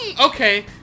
Okay